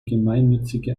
gemeinnützige